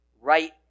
right